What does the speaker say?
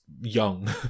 young